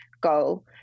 goal